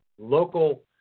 local